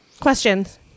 Questions